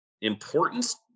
importance